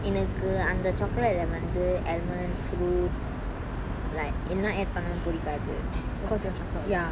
எனக்கு அந்த:enakku antha chocolate lah வந்து:vanthu almond fruit like என்ன:enna add பண்ணாலும் புடிக்காது:pannaalum pudikkathu ya